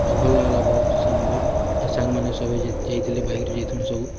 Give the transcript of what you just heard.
ଆଉ ଭଲ୍ ଲାଗ୍ଲା ବହୁତ୍ ସେନୁ ବି ଆଉ ସାଙ୍ଗ୍ମାନେ ସଭେ ଯେତ୍କି ଯାଇଥିଲେ ବାଇକ୍ରେ ଯାଇଥିଲୁଁ ସବୁ